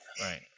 Right